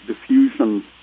diffusion